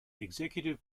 executive